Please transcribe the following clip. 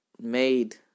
made